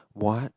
what